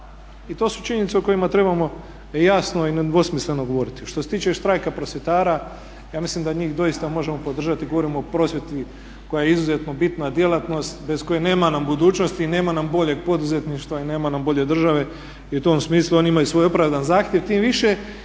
i to su činjenice o kojima trebamo jasno i nedvosmisleno govoriti. Što se tiče štrajka prosvjetara, ja mislim da njih doista možemo podržati … koja je izuzetno bitna djelatnost bez koje nam nema budućnosti i nema nam boljeg poduzetništva i nema nam bolje države i u tom smislu oni imaju svoj opravdan zahtjev, tim više